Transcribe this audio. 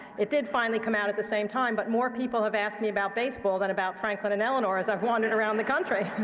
it did finally come out at the same time, but more people have asked me about baseball than about franklin and eleanor as i've wandered around the country.